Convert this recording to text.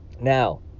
Now